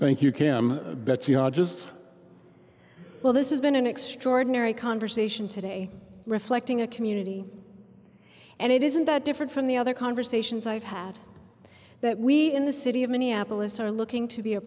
geologists well this is an extraordinary conversation today reflecting a community and it isn't that different from the other conversations i've had that we in the city of minneapolis are looking to be a